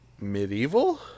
Medieval